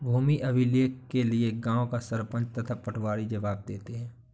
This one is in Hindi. भूमि अभिलेख के लिए गांव का सरपंच तथा पटवारी जवाब देते हैं